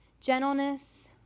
gentleness